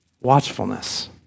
watchfulness